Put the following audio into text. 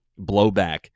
blowback